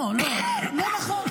לא, לא, לא נכון.